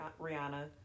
Rihanna